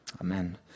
Amen